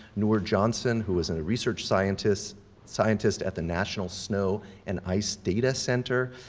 noor johnson, who is a research scientist scientist at the national snow and ice data center,